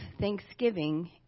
thanksgiving